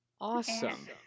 Awesome